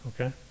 Okay